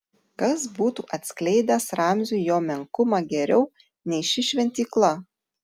kas būtų atskleidęs ramziui jo menkumą geriau nei ši šventykla